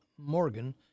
Morgan